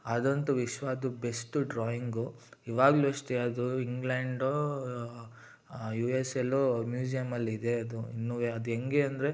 ಅದಂತೂ ವಿಶ್ವದ್ದು best drawing ಇವಾಗಲೂ ಅಷ್ಟೇ ಅದು ಇಂಗ್ಲೆಂಡೋ ಯು ಎಸ್ ಎಯಲ್ಲೋ ಮ್ಯೂಸಿಯಮ್ಮಲ್ಲಿದೆ ಅದು ಇನ್ನುವೇ ಅದು ಹೆಂಗೆ ಅಂದರೆ